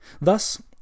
Thus